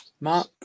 Mark